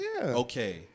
Okay